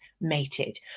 mated